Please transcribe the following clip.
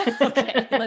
Okay